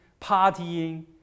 partying